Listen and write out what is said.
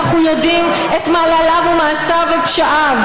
ובוודאי ובוודאי כשאנחנו יודעים על מעלליו ומעשיו ופשעיו,